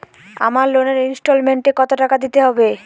আমার লোনের ইনস্টলমেন্টৈ কত টাকা দিতে হবে?